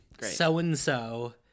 So-and-so